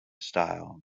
style